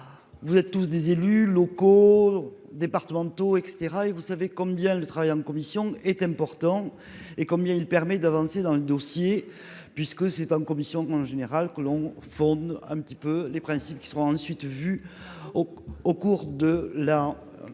Vous êtes tous des élus locaux, départementaux et cetera et vous savez combien le travail en commission est important et combien il permet d'avancer dans le dossier puisque c'est en commission. Comment le général que l'on font un petit peu les principes qui seront ensuite vu au au cours de la.